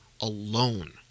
alone